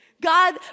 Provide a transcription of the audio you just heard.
God